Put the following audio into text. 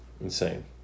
Insane